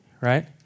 right